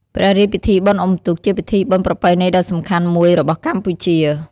ព្រះរាជពិធីបុណ្យអ៊ំុទូក ជាពិធីបុណ្យប្រពៃណីដ៏សំខាន់មួយរបស់កម្ពុជា។